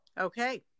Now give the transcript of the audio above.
Okay